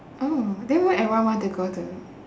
oh then why everyone want to go to